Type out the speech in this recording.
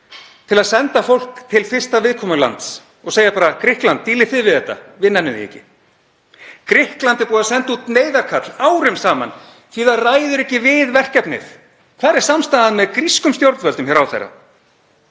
til að senda fólk til fyrsta viðkomulands og segja bara: Grikkland, dílið þið við þetta. Við nennum því ekki. Grikkland er búið að senda út neyðarkall árum saman því að það ræður ekki við verkefnið. Hvar er samstaðan með grískum stjórnvöldum hjá ráðherra?